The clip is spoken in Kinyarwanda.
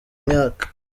myaka